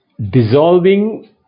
dissolving